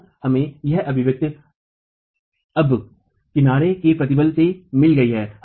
तो हमें यह अभिव्यक्ति अब किनारे के प्रतिबल से मिल गई है